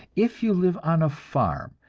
if you live on a farm,